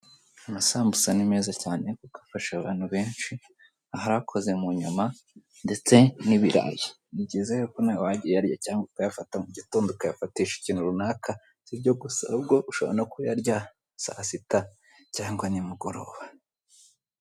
Amasambusa ni meza cyane kuko afasha abantu benshi ahakoze mu inyama ndetse n'ibirayi, ni byiza rero ko nawe ugiye uyariye cyangwa ukayafata mu igitondo ukayafatisha ikintu runaka s'ibyo gusa ahubwo ushobora kuyarya saa sita cyangwa ni mugoroba.